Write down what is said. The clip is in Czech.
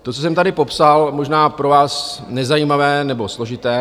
To, co jsem tady popsal, je možná pro vás nezajímavé nebo složité.